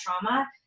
trauma